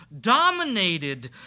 dominated